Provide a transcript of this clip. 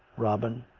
robin,